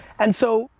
and so,